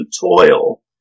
toil